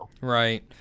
Right